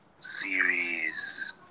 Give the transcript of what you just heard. series